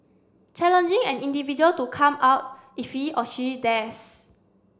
challenging an individual to come out if he or she dares